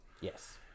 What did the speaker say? Yes